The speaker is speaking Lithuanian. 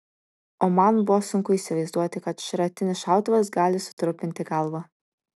o man buvo sunku įsivaizduoti kad šratinis šautuvas gali sutrupinti galvą